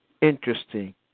interesting